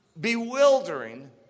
bewildering